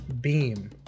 beam